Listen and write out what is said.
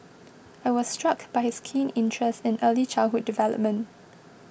I was struck by his keen interest in early childhood development